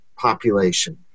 population